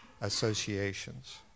associations